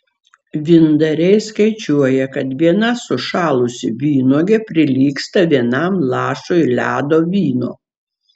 vyndariai skaičiuoja kad viena sušalusi vynuogė prilygsta vienam lašui ledo vyno